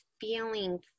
feeling